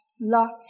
lots